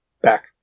Back